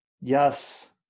Yes